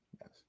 Yes